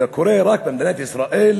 זה קורה רק במדינת ישראל,